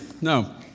No